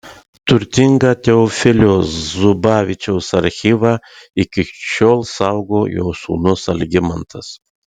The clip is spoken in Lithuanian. turtingą teofilio zubavičiaus archyvą iki šiol saugo jo sūnus algimantas